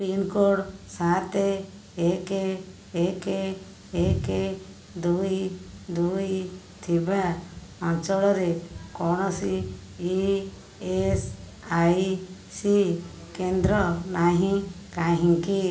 pincode ସାତେ ଏକେ ଏକେ ଏକେ ଦୁଇ ଦୁଇ ଥିବା ଅଞ୍ଚଳରେ କୌଣସି ଇ ଏସ୍ ଆଇ ସି କେନ୍ଦ୍ର ନାହିଁ କାହିଁକି